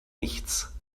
nichts